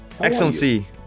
Excellency